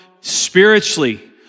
spiritually